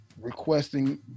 requesting